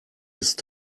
ist